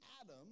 Adam